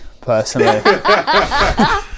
personally